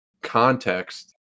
context